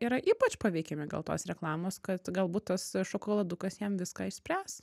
yra ypač paveikiami gal tos reklamos kad galbūt tas šokoladukas jiem viską išspręs